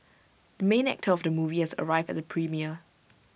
the main actor of the movie has arrived at the premiere